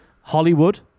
Hollywood